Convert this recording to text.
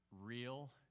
real